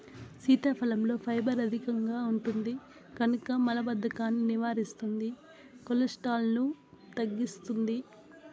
సీతాఫలంలో ఫైబర్ అధికంగా ఉంటుంది కనుక మలబద్ధకాన్ని నివారిస్తుంది, కొలెస్ట్రాల్ను తగ్గిస్తుంది